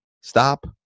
stop